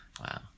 wow